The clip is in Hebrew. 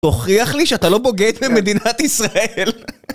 הוכיח לי שאתה לא בוגד במדינת ישראל